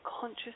conscious